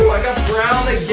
i got brown